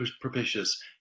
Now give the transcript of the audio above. propitious